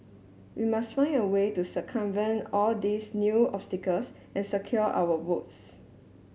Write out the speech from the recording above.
we must find a way to circumvent all these new obstacles and secure our votes